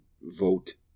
vote